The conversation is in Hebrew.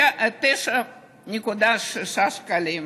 9.6 שקלים,